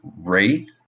Wraith